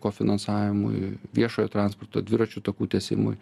kofinansavimui viešojo transporto dviračių takų tiesimui